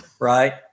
right